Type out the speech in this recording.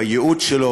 בייעוד שלו,